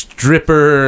Stripper